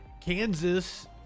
Kansas